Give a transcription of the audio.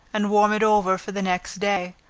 and warm it over for the next day.